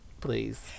please